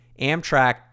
Amtrak